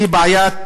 היא בעיית